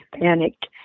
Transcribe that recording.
panicked